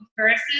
versus